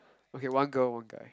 okay one girl one guy